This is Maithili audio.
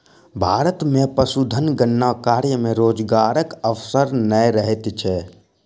भारत मे पशुधन गणना कार्य मे रोजगारक अवसर नै रहैत छै